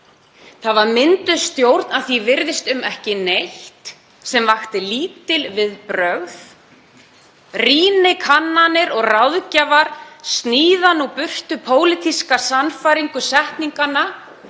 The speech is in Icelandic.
Það var mynduð stjórn að því er virðist um ekki neitt, sem vakti lítil viðbrögð. Rýnikannanir og ráðgjafar sníða nú burtu pólitíska sannfæringu setninganna